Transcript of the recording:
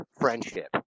friendship